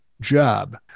job